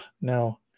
No